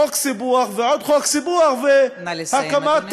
חוק סיפוח ועוד חוק סיפוח, נא לסיים, אדוני.